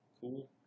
Cool